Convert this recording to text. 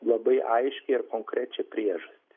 labai aiškią ir konkrečią priežastį